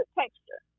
texture